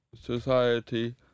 society